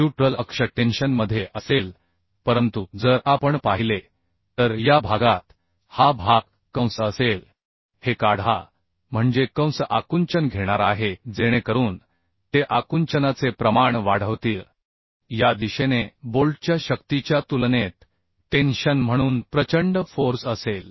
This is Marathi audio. न्यूट्रल अक्ष टेन्शन मध्ये असेल परंतु जर आपण पाहिले तर या भागात हा भाग कंस असेल हे काढा म्हणजे कंस आकुंचन घेणार आहे जेणेकरून ते आकुंचनाचे प्रमाण वाढवतील या दिशेने बोल्टच्या शक्तीच्या तुलनेत टेन्शन म्हणून प्रचंड फोर्स असेल